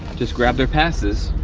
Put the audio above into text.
just grab their passes.